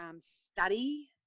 study